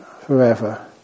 forever